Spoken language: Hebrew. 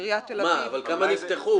לעיריית תל אביב --- אבל כמה נפתחו?